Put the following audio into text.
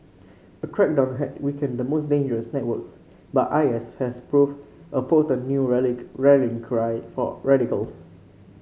a crackdown had weakened the most dangerous networks but I S has proved a potent new rallying cry for radicals